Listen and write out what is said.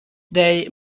day